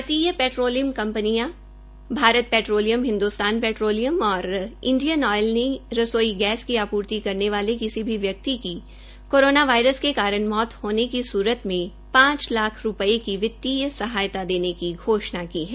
भारतीय पेट्रोलियम कंपनियों Bharat Petroleum Hindustan Petroleum और इंडिन आयॅल ने रसोई गैस की आपूर्ति करने वाले किसी भी व्यक्ति की कोरोना वायरस के कारण मौत होने की सूरत में पांच लाख रूपये की वित्तीय सहायता देने की घोषणा की है